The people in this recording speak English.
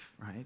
right